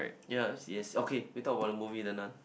ya yes okay we talk about the movie the Nun